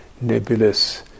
nebulous